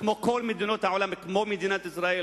כמו כל מדינות העולם וכמו מדינת ישראל